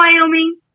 Wyoming